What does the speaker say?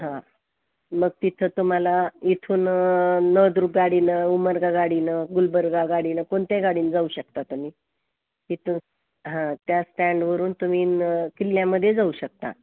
हा मग तिथं तुम्हाला इथून नळदुर्ग गाडीनं उमरगा गाडीनं गुलबर्गा गाडीनं कोणत्या गाडीनं जाऊ शकता तुम्ही इथून हा त्या स्टँडवरून तुम्ही न किल्ल्यामध्ये जाऊ शकता